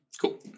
Cool